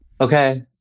Okay